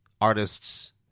artists